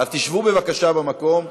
תשבו בבקשה במקום.